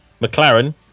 McLaren